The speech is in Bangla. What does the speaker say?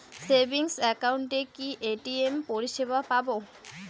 সেভিংস একাউন্টে কি এ.টি.এম পরিসেবা পাব?